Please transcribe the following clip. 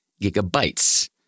gigabytes